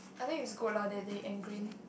I think it's good lah that they ingrain